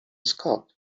scott